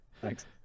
Thanks